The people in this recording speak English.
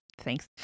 thanks